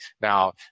now